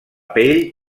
pell